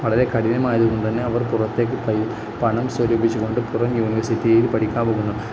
വളരെ കഠിനമായതുകൊണ്ടുതന്നെ അവർ പുറത്തേക്കു പണം സ്വരൂപിച്ചുകൊണ്ടു പുറം യൂണിവേഴ്സിറ്റിയിൽ പഠിക്കാന് പോകുന്നു